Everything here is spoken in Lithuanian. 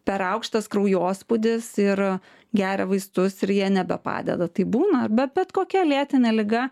per aukštas kraujospūdis ir geria vaistus ir jie nebepadeda taip būna arba bet kokia lėtinė liga